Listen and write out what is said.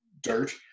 dirt